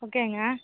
ஓகேங்க